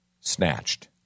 Snatched